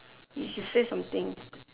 he say something